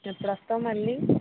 ఎప్పుడు వస్తావు మళ్ళీ